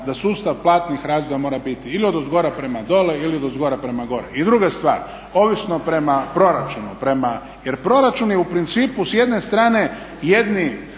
da sustav platnih razreda mora biti ili odozgora prema dole, ili odozgora prema gore. I druga stvar, ovisno prema proračunu, jer proračun je u principu s jedne strane jedni